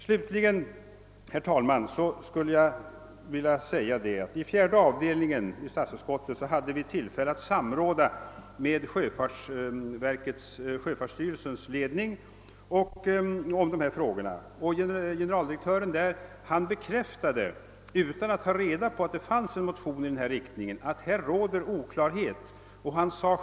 Slutligen vill jag säga att vi i statsutskottets fjärde avdelning har haft tillfälle att samråda med sjöfartsstyrelsens ledning i dessa frågor, och styrelsens generaldirektör bekräftade, utan att ha någon vetskap om att det väckts en motion i ärendet, att det råder oklarhet på detta område.